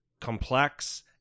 complex